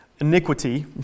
iniquity